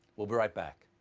we'll be right back.